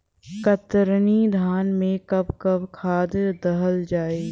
कतरनी धान में कब कब खाद दहल जाई?